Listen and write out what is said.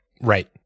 Right